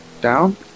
down